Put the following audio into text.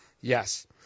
Yes